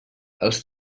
els